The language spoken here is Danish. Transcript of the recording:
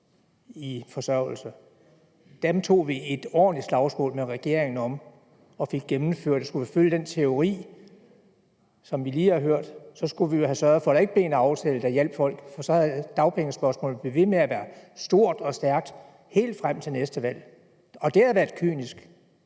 i hele forløbet tog et ordentligt slagsmål med regeringen om det og fik det gennemført. Skulle vi følge den teori, som vi lige har hørt, skulle vi jo have sørget for, at der ikke blev en aftale, der hjalp folk, for så var dagpengespørgsmålet blevet ved med at være stort og stærkt helt frem til næste valg. Og det havde været kynisk,